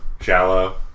Shallow